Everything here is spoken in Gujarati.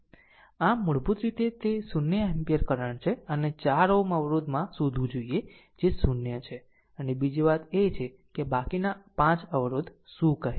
આમ મૂળભૂત રીતે તે 0 એમ્પીયર કરંટ છે અને 4 Ω અવરોધમાં શોધવું જોઈએ જે 0 છે અને બીજી વાત એ છે કે બાકીના 5 અવરોધ શું કહે છે